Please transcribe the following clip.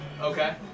Okay